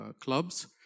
clubs